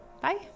Bye